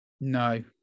no